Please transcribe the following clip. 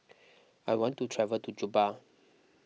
I want to travel to Juba